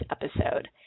episode